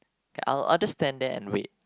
okay I'll I'll just stand there and wait